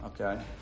okay